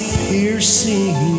piercing